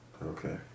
Okay